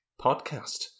Podcast